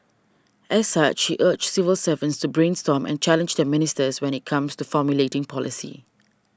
as such he urged civil servants brainstorm and challenge their ministers when it comes to formulating policy